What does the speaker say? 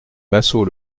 massot